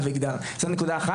לא אחזור על הדברים.